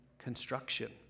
Construction